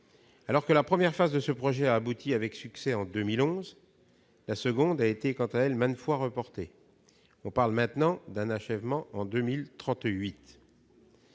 Alors que la première phase de ce projet a abouti avec succès en 2011, la seconde a été, quant à elle, maintes fois reportée. On parle maintenant d'un achèvement en 2038.